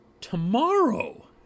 tomorrow